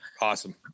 Awesome